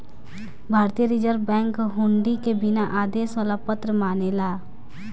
भारतीय reserve bank हुंडी के बिना आदेश वाला पत्र मानेला